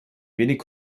wenig